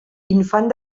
infant